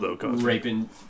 raping